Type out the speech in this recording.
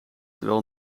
terwijl